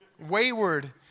Wayward